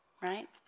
right